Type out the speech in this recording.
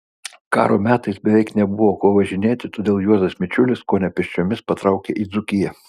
karo metais beveik nebuvo kuo važinėti todėl juozas mičiulis kone pėsčiomis patraukė į dzūkiją